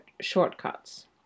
shortcuts